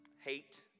hate